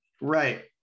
right